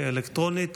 ההצבעה תהיה אלקטרונית,